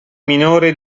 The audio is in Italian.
minore